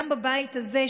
גם בבית הזה,